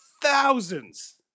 thousands